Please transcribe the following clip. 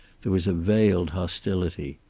there was a veiled hostility.